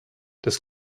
das